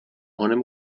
honem